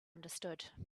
understood